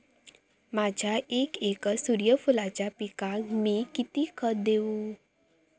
माझ्या एक एकर सूर्यफुलाच्या पिकाक मी किती खत देवू?